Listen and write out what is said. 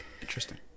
Interesting